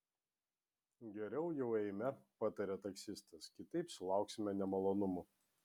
geriau jau eime patarė taksistas kitaip sulauksime nemalonumų